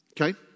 Okay